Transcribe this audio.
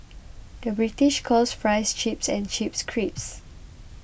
the British calls Fries Chips and Chips Crisps